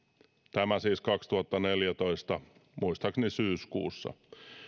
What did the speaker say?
tämä siis kaksituhattaneljätoista muistaakseni syyskuussa